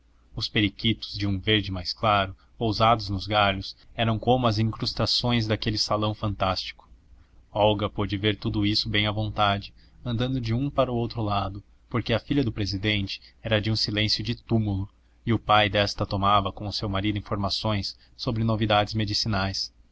os periquitos de um verde mais claro pousados nos galhos eram como as incrustações daquele salão fantástico olga pôde ver tudo isso bem à vontade andando de um para outro lado porque a filha do presidente era de um silêncio de túmulo e o pai desta tomava com o seu marido informações sobre novidades medicinais